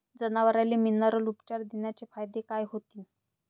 जनावराले मिनरल उपचार देण्याचे फायदे काय होतीन?